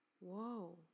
Whoa